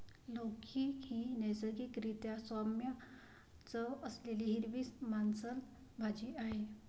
लौकी ही नैसर्गिक रीत्या सौम्य चव असलेली हिरवी मांसल भाजी आहे